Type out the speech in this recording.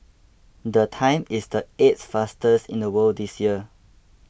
the time is the eighth fastest in the world this year